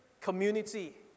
community